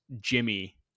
Jimmy